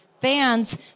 fans